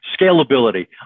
scalability